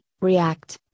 React